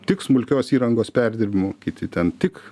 tik smulkios įrangos perdirbimu kiti ten tik